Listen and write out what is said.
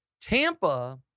Tampa